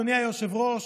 אדוני היושב-ראש,